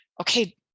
okay